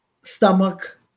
stomach